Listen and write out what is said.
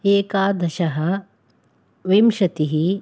एकादशः विंशतिः